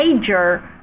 major